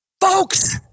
Folks